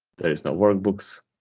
there is no workbooks.